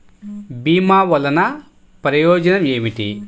భీమ వల్లన ప్రయోజనం ఏమిటి?